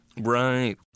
Right